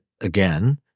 again